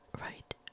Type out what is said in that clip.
right